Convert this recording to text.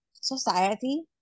society